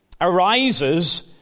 arises